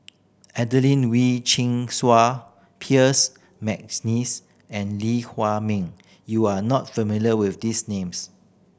Adelene Wee Chin Sua McNeice and Lee Hua Min you are not familiar with these names